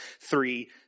three